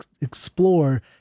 explore